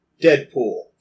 Deadpool